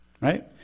Right